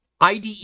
IDE